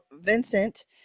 vincent